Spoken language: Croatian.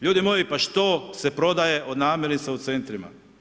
Ljudi moji pa što se prodaje od namirnica u centrima?